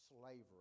slavery